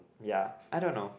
ya I don't know